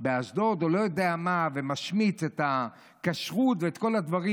באשדוד או לא יודע מה ומשמיץ את הכשרות ואת כל הדברים.